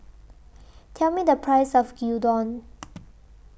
Tell Me The Price of Gyudon